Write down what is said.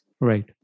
Right